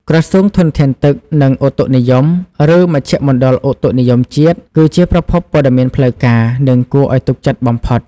ក្រសួងធនធានទឹក និងឧតុនិយម ឬមជ្ឈមណ្ឌលឧតុនិយមជាតិ គឺជាប្រភពព័ត៌មានផ្លូវការ និងគួរឱ្យទុកចិត្តបំផុត។